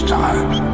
times